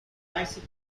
bicycle